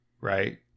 right